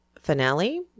finale